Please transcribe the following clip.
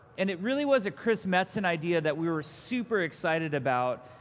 and it really was a chris metzen idea that we were super excited about.